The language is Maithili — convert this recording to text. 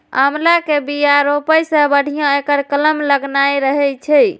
आंवला के बिया रोपै सं बढ़िया एकर कलम लगेनाय रहै छै